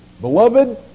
Beloved